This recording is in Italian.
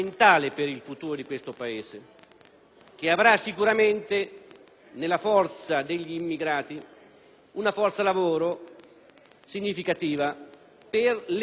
che vede sicuramente, nella forza degli immigrati, una forza lavoro significativa per l'economia stessa. Ebbene,